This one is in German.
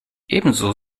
ebenso